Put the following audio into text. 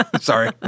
Sorry